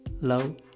love